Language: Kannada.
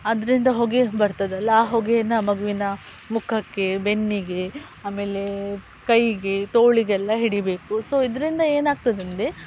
ಅದರಿಂದ ಹೊಗೆ ಬರ್ತದಲ್ಲ ಆ ಹೊಗೆನ ಮಗುವಿನ ಮುಖಕ್ಕೆ ಬೆನ್ನಿಗೆ ಆಮೇಲೆ ಕೈಗೆ ತೋಳಿಗೆಲ್ಲ ಹಿಡಿಬೇಕು ಸೊ ಇದರಿಂದ ಏನಾಗ್ತದಂದೆ